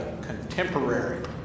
contemporary